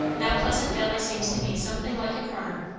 now pleasant valley seems to me something like a corner.